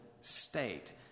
state